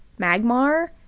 Magmar